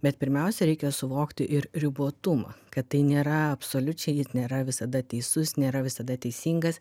bet pirmiausia reikia suvokti ir ribotumą kad tai nėra absoliučiai ir nėra visada teisus nėra visada teisingas